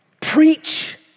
Preach